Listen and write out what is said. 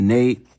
Nate